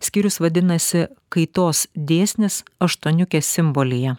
skyrius vadinasi kaitos dėsnis aštuoniukės simbolyje